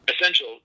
essential